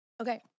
Okay